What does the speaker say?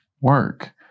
work